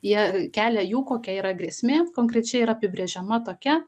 jie kelia jų kokia yra grėsmė konkrečiai yra apibrėžiama tokia